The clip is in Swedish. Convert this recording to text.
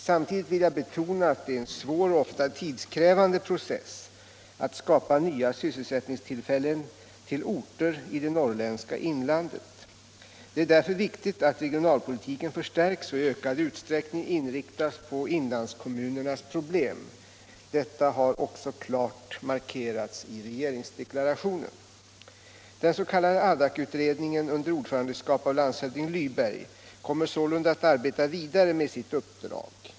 Samtidigt vill jag betona att det är en svår och ofta tidskrävande process att skapa nya sysselsättningstillfällen till orter i det norrländska inlandet. Det är därför viktigt att regionalpolitiken förstärks och i ökad utsträckning inriktas på inlandskommunernas problem. Detta har också klart markerats i regeringsdeklarationen. Den s.k. Adakutredningen under ordförandeskap av landshövding Lyberg kommer sålunda att arbeta vidare med sitt uppdrag.